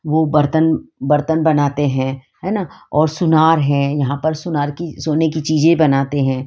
वह बर्तन बर्तन बनाते हैं है ना और सोनार हैं यहाँ पर सोनार की सोने की चीज़ें बनाते हैं